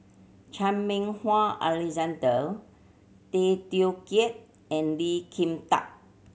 Chan Meng Wah Alexander Tay Teow Kiat and Lee Kin Tat